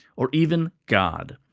or even god.